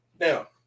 now